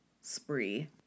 spree